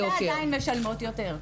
ועדיין משלמות יותר.